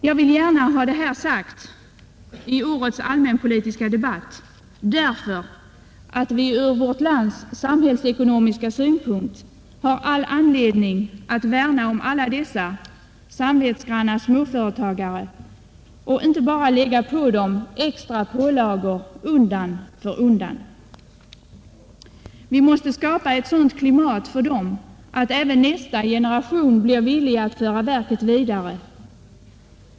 Jag vill gärna ha detta sagt i årets allmänpolitiska debatt därför att man ur vårt lands samhällsekonomiska synpunkt har all anledning att värna om alla dessa samvetsgranna småföretagare och inte bara komma med extra pålagor undan för undan. Vi måste skapa ett sådant klimat för dem att även nästa generation blir villig att föra verket vidare.